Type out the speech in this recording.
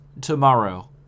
tomorrow